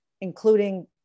including